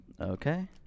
Okay